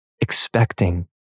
expecting